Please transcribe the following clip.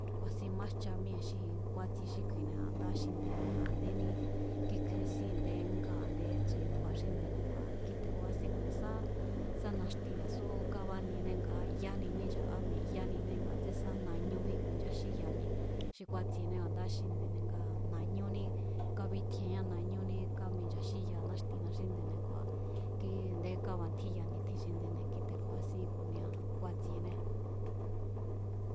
Ku̱a̱sin májcha míée̱ xi kúátsie xí kuine̱ a̱ndáa̱ xinde̱ne̱ a̱ndéní kíkje̱esín a̱ndé nga a̱ndé tsjuyujua xínde̱ne̱ kua̱ kíte̱ku̱a̱ísín ku̱ sá, sá naxtira̱ sú kábaniene nga yáni mínchá mi̱e̱ yániné nga tsesá nañújín ku̱i̱ncháxíya mi̱e̱ xi kúátsiene, a̱ndáa̱ xinde̱ne̱ ngaa̱ nañúní kábítjieán nañúní káminchaxíyaa náxtina xí nde̱ne̱ kua̱ kí ndé kábantjíya ni̱tjin xinde̱ne̱ kíte̱ ku̱a̱ísín ku̱nia kúátsienée̱.